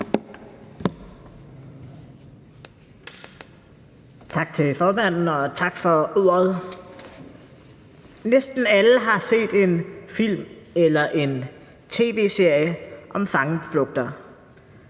Tak for ordet, formand. Næsten alle har set en film eller en tv-serie om fangeflugter.